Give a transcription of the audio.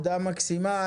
תודה, מקסימה.